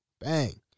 Bang